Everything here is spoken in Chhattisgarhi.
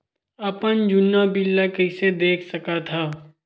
अपन जुन्ना बिल ला कइसे देख सकत हाव?